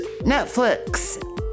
Netflix